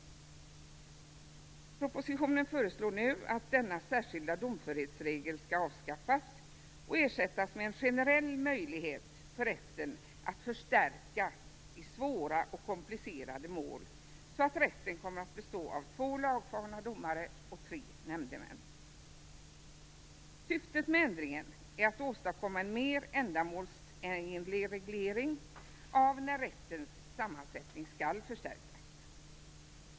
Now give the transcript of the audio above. I propositionen föreslås nu att denna särskilda domförhetsregel skall avskaffas och ersättas med en generell möjlighet för rätten att förstärka i svåra och komplicerade mål så att rätten kommer att bestå av två lagfarna domare och tre nämndemän. Syftet med ändringen är att åstadkomma en mer ändamålsenlig reglering av när rättens sammansättning skall förstärkas.